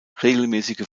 regelmäßige